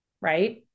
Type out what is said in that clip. right